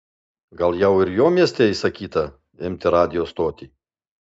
gal jau ir jo mieste įsakyta imti radijo stotį